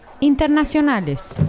Internacionales